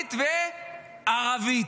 אמהרית וערבית.